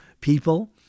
people